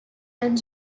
and